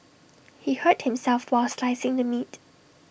he hurt himself while slicing the meat